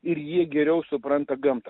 ir ji geriau supranta gamtą